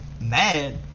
mad